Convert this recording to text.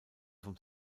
vom